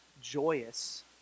joyous